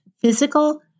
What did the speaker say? Physical